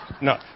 No